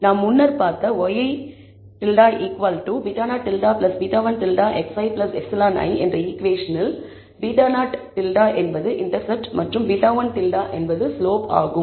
நாம் முன்னர் பார்த்த ŷi β̂0 β̂1 xi εi என்ற ஈகுவேஷனில் β̂0 என்பது இண்டெர்செப்ட் மற்றும் β̂1 என்பது ஸ்லோப் ஆகும்